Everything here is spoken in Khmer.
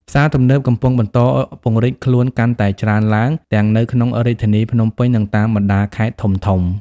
ផ្សារទំនើប កំពុងបន្តពង្រីកខ្លួនកាន់តែច្រើនឡើង ទាំងនៅក្នុងរាជធានីភ្នំពេញ និងតាមបណ្តាខេត្តធំៗ។